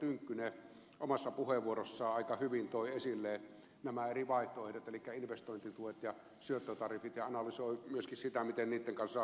tynkkynen omassa puheenvuorossaan aika hyvin toi esille nämä eri vaihtoehdot elikkä investointituet ja syöttötariffit ja analysoi myöskin sitä miten niitten kanssa on onnistuttu